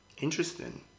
Interesting